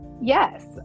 Yes